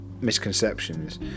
misconceptions